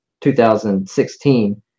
2016